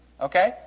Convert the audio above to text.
Okay